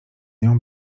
nią